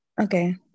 Okay